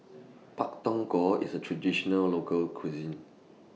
Pak Thong Ko IS A Traditional Local Cuisine